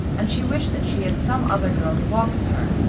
and she wished that she had some other girl to walk with her.